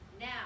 now